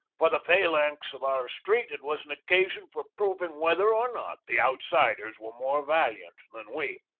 for the phalanx of our street it was an occasion for proving whether or not the outsiders were more valiant than we.